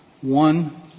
One